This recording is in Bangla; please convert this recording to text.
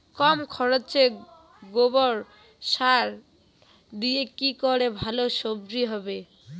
কম খরচে গোবর সার দিয়ে কি করে ভালো সবজি হবে?